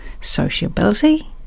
sociability